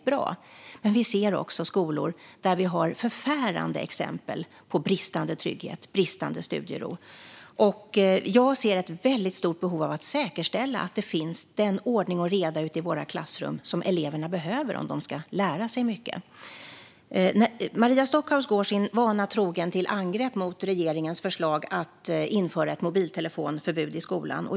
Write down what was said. Å andra sidan ser vi också skolor där det finns förfärande exempel på bristande trygghet och studiero. Jag ser ett stort behov av att säkerställa den ordning och reda i klassrummen som eleverna behöver om de ska lära sig mycket. Maria Stockhaus går sin vana trogen till angrepp mot regeringens förslag att införa ett mobiltelefonförbud i skolan.